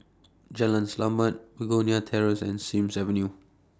Jalan Selamat Begonia Terrace and Sims Avenue